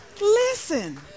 Listen